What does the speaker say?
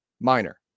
minor